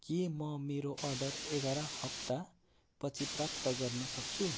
के म मेरो अर्डर एघार हप्तापछि प्राप्त गर्नसक्छु